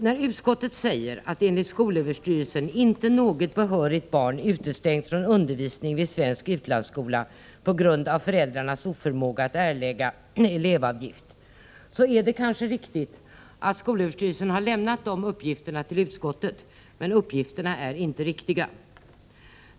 När utskottet säger, att enligt skolöverstyrelsen har inte något behörigt barn utestängts från undervisning vid svensk utlandsskola på grund av föräldrarnas oförmåga att erlägga elevavgift, är det kanske riktigt att skolöverstyrelsen har lämnat de uppgifterna till utskottet — men uppgifterna är inte riktiga.